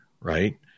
right